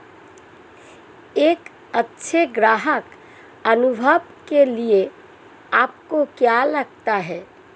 एक अच्छे ग्राहक अनुभव के लिए आपको क्या लगता है?